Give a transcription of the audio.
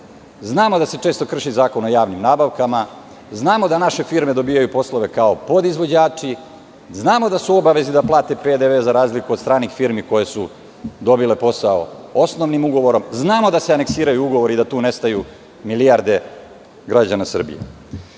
znamo da se često krši Zakon o javnim nabavkama, znamo da naše firme dobijaju poslove kao podizvođači, znamo da su u obavezi da plate PDV za razliku od stranih firme koje su dobile posao osnovnim ugovorom, znamo da se aneksiraju ugovori, da tu nestaju milijarde građana Srbije.